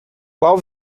qual